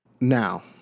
Now